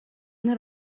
нар